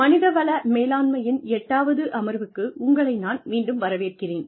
மனிதவள மேலாண்மையின் எட்டாவது அமர்வுக்கு உங்களை நான் மீண்டும் வரவேற்கிறேன்